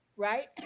right